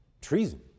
treason